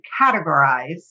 categorize